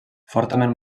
fortament